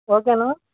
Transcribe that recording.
okay నా